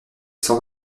cent